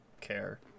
care